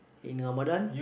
in ramadan